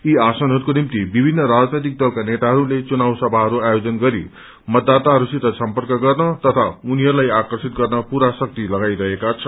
यी आसनहरूको निम्ति विभिन्न राजनैतिक दलका नेताहरूले चुनाव समाहरू आयोजन गरी मतदाताहरूसित सम्पर्क गर्ने तथा उनीहरूलाई आकर्षित गर्न पूरा शक्ति लगाइरहेका छन्